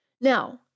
Now